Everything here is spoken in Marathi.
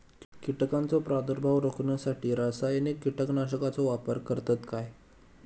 कीटकांचो प्रादुर्भाव रोखण्यासाठी रासायनिक कीटकनाशकाचो वापर करतत काय?